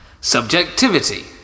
Subjectivity